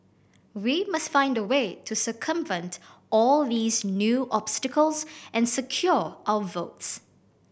we must find a way to circumvent all these new obstacles and secure our votes